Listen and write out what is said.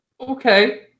Okay